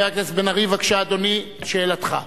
חבר הכנסת בן-ארי, בבקשה, אדוני, שאלתך.